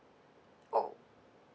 oh